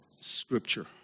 scripture